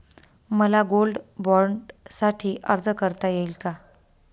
मला गोल्ड बाँडसाठी अर्ज करता येईल का?